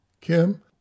Kim